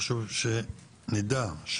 חשוב שנדע,